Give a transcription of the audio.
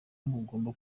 mugomba